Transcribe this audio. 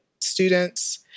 students